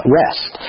rest